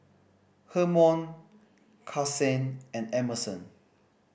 Hermon Kasen and Emerson